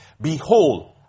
Behold